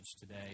today